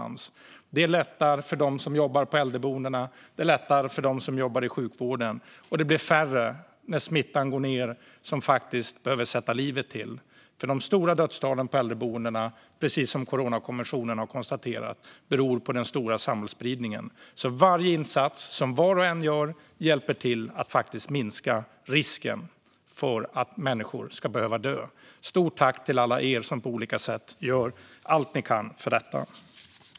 Det underlättar för dem som jobbar på äldreboendena. Det underlättar för dem som jobbar i sjukvården. När smittan går ned blir det färre som faktiskt behöver sätta livet till. De stora dödstalen på äldreboendena beror, precis om Coronakommissionen har konstaterat, på den stora samhällsspridningen. Varje insats som var och en gör hjälper till att faktiskt minska risken för att människor ska behöva dö. Stort tack till alla er som på olika sätt gör allt ni kan för detta! Fru talman!